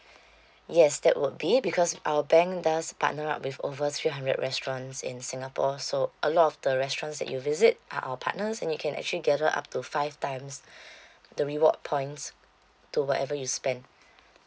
yes that would be it because our bank does partner up with over three hundred restaurants in singapore so a lot of the restaurants that you visit are our partners and you can actually gather up to five times the reward points to whatever you spend